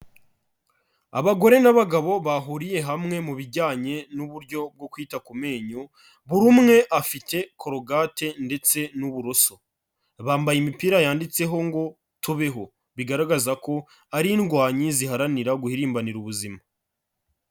Abagore n'abagabo bahuriye hamwe mu bijyanye n'uburyo bwo kwita ku menyo, buri umwe afite korogate ndetse n'uburoso, bambaye imipira yanditseho ngo tubeho bigaragaza ko ari indwanyi ziharanira guhirimbanira ubuzima.